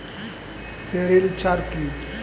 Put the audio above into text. Sericulture কি?